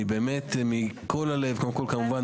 כמובן,